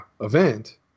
event